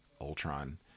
Ultron